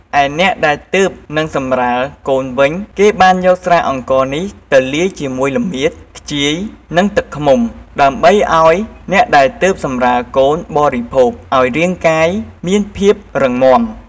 ឯអ្នកដែលទើបនិងសម្រាលកូនវិញ គេបានយកស្រាអង្ករនេះទៅលាយជាមួយល្មៀត ខ្ជាយ និងទឹកឃ្មុំ ដើម្បីឲ្យអ្នកដែលទើបសម្រាលកូនបរិភោគឲ្យរាងកាយមានភាពរឹងមាំ។